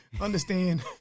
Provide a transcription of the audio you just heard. understand